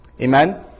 Amen